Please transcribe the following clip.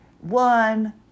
one